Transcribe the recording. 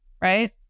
right